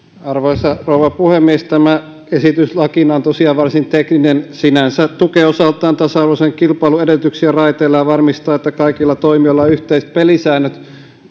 arvoisa rouva puhemies tämä esitys lakina on tosiaan varsin tekninen se sinänsä tukee osaltaan tasa arvoisen kilpailun edellytyksiä raiteilla ja varmistaa että kaikilla toimijoilla on yhteiset pelisäännöt